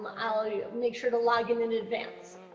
will ah yeah make sure to login in advance.